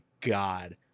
God